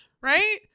right